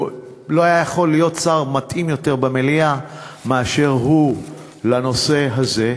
לא היה יכול להיות שר מתאים יותר במליאה מאשר הוא לנושא הזה.